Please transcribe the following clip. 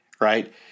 right